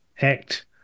Act